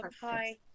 hi